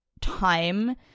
time